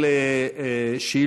ללא ספק,